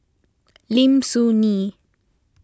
Lim Soo Ngee